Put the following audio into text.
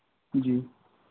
जी